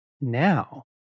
now